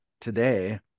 today